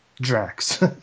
Drax